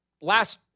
last